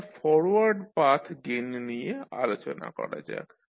এবার forward path gain নিয়ে আলোচনা করা যাক